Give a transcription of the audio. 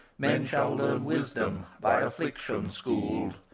men shall learn wisdom, by affliction schooled.